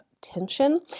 tension